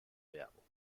werbung